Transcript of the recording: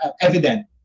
evident